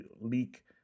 leak